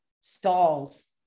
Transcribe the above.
stalls